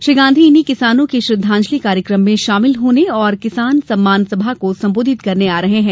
श्री गांधी इन्हीं किसानों के श्रद्धांजलि कार्यक्रम में शामिल होने और किसान सम्मान सभा को सम्बोधित करने आ रहे हैं